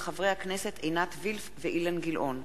של חברי הכנסת עינת וילף ואילן גילאון.